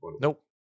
Nope